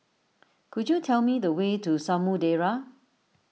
could you tell me the way to Samudera